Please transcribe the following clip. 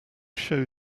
show